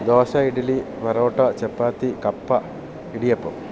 ദോശ ഇഡലി പറോട്ട ചപ്പാത്തി കപ്പ ഇടിയപ്പം